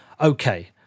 Okay